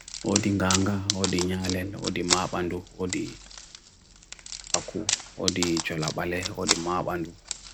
wo di nga hanga, wo di nga allen, wo di maa bandu, wo di aku, wo di chola bale, wo di maa bandu.